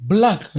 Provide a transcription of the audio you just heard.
Black